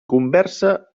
conversa